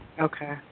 Okay